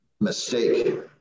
mistake